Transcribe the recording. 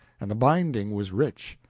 and the binding was rich.